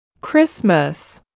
Christmas